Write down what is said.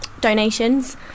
donations